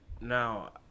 now